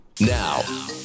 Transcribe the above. Now